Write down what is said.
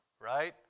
right